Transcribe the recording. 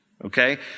Okay